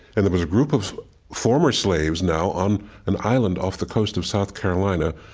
and there was a group of former slaves, now, on an island off the coast of south carolina.